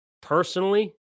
personally